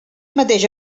mateix